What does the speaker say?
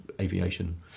aviation